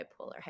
bipolar